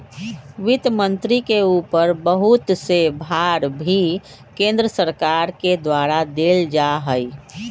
वित्त मन्त्री के ऊपर बहुत से भार भी केन्द्र सरकार के द्वारा देल जा हई